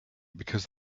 because